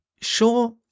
Sure